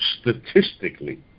Statistically